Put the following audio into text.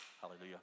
hallelujah